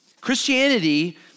Christianity